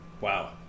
Wow